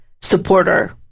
supporter